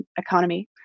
economy